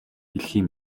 дэлхий